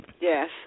Yes